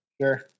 Sure